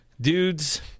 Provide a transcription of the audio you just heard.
Dudes